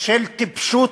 של טיפשות